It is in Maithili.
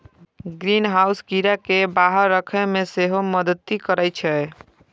ग्रीनहाउस कीड़ा कें बाहर राखै मे सेहो मदति करै छै